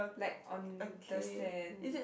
like on the sand